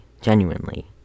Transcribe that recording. genuinely